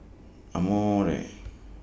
Amore